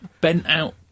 bent-out